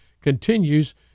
continues